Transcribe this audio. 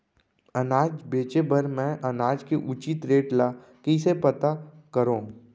अनाज बेचे बर मैं अनाज के उचित रेट ल कइसे पता करो?